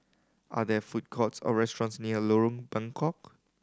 are there food courts or restaurants near Lorong Bengkok